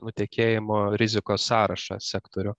nutekėjimo rizikos sąrašą sektorių